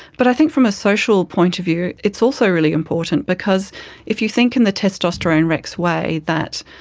but i think from a social point of view it's also really important because if you think in the testosterone rex way that,